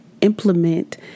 implement